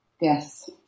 Yes